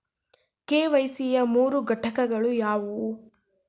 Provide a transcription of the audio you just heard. KYC ಯ ಮೂರು ಘಟಕಗಳು ಯಾವುವು?